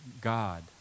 God